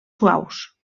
suaus